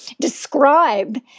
describe